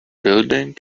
building